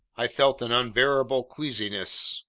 i felt an unbearable queasiness.